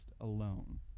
alone